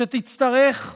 שיצטרכו